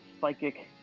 psychic